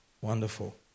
wonderful